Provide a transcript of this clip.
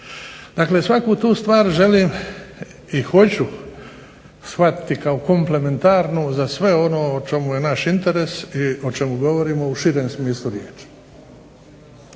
Dakle, svaku tu stvar želim i hoću shvatiti kao komplementarnu za sve ono što je naš interes i o čemu govorimo u širem smislu riječi.